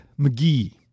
McGee